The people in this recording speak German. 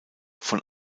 von